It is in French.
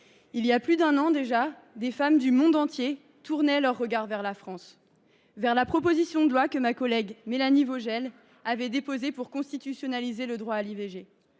il y a plus d’un an déjà, des femmes du monde entier tournaient leur regard vers la France, plus précisément vers la proposition de loi que ma collègue Mélanie Vogel avait déposée pour constitutionnaliser le droit à l’IVG.